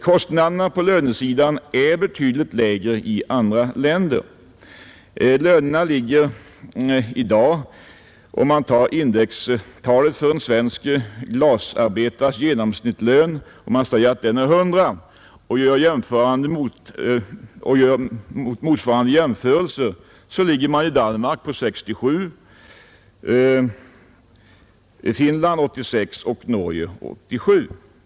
Kostnaderna på lönesidan är betydligt lägre i andra länder. Om man säger att indextalet för en svensk glasarbetares genomsnittslön är 100 och gör en jämförelse ligger motsvarande löner i Danmark på 86, i Finland på 67 och i Norge på 87.